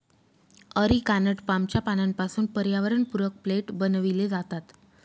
areca nut पामच्या पानांपासून पर्यावरणपूरक प्लेट बनविले जातात